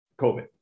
COVID